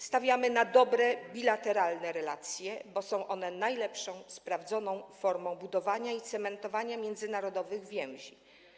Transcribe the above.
Stawiamy na dobre bilateralne relacje, bo są one najlepszą, sprawdzoną formą budowania i cementowania międzynarodowych więzi.